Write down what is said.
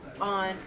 on